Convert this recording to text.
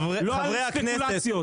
לא רק ספקולציות.